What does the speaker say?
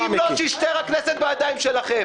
אם לא, תישאר הכנסת בידיים שלכם.